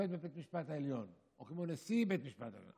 שופט בבית המשפט העליון או כמו נשיא בית המשפט העליון,